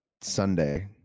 Sunday